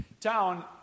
town